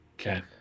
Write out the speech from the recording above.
Okay